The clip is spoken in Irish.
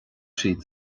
siad